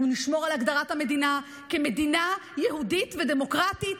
אנחנו נשמור על הגדרת המדינה כמדינה יהודית ודמוקרטית,